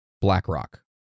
BlackRock